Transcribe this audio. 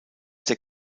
der